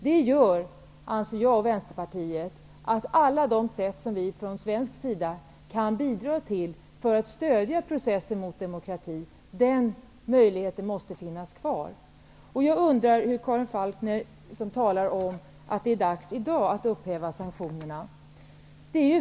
Det gör, anser vi i Vänsterpartiet, att Sveriges möjligheter till bidrag när det gäller att stödja processen mot demokrati måste finnas kvar. Karin Falkmer säger i dag att det är dags att upphäva sanktionerna.